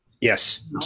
Yes